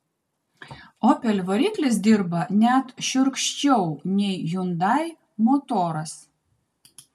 opel variklis dirba net šiurkščiau nei hyundai motoras